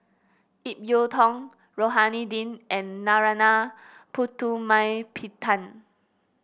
Ip Yiu Tung Rohani Din and Narana Putumaippittan